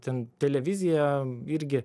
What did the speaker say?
ten televizija irgi